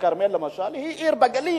כרמיאל למשל, והיא עיר בגליל.